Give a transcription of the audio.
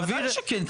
בוודאי שכן,